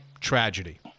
tragedy